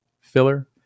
filler